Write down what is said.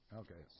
okay